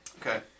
Okay